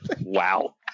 Wow